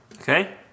okay